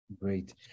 Great